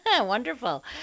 wonderful